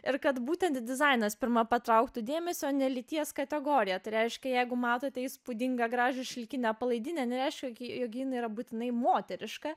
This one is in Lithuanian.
ir kad būtent dizainas pirma patrauktų dėmesį o ne lyties kategorija tai reiškia jeigu matote įspūdingą gražią šilkinę palaidinę nereiškia jog ji jog jin yra būtinai moteriška